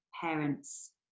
parents